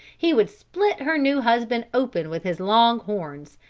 he would split her new husband open with his long horns,